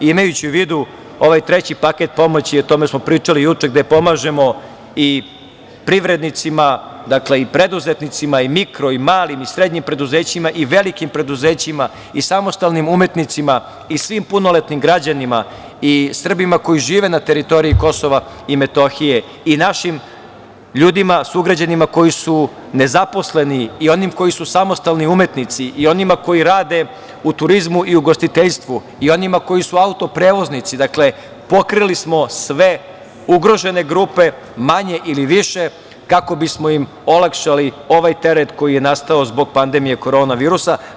Imajući u vidu ovaj treći paket pomoći, o tome smo pričali juče, gde pomažemo i privrednicima, dakle i preduzetnicima, i mikro i malim i srednjim preduzećima i velikim preduzećima i samostalnim umetnicima i svim punoletnim građanima i Srbima koji žive na teritoriji Kosova i Metohije i našim ljudima, sugrađanima, koji su nezaposleni i onima koji su samostalni umetnici i onima koji rade u turizmu i ugostiteljstvu i onima koji su auto-prevoznici, dakle, pokrili smo sve ugrožene grupe manje ili više kako bismo im olakšali ovaj teret koji je nastao zbog pandemije korona virusa.